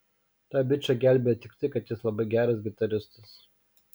tą bičą gelbėja tik tai kad jis labai geras gitaristas